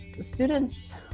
students